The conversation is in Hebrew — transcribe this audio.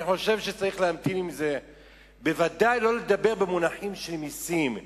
אני חושב שצריך להמתין עם זה ובוודאי לא לדבר במונחים של מסים.